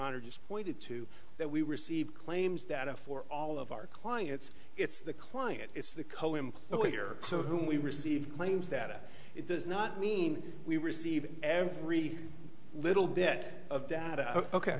honor just pointed to that we received claims that a for all of our clients it's the client it's the coen employer so whom we receive claims that it does not mean we receive every little bit of data ok